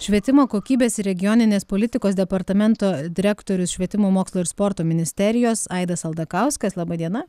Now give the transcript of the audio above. švietimo kokybės ir regioninės politikos departamento direktorius švietimo mokslo ir sporto ministerijos aidas aldakauskas laba diena